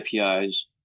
APIs